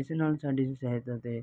ਇਸੇ ਨਾਲ ਸਾਡੀ ਸਿਹਤ 'ਤੇ